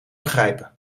begrijpen